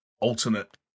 alternate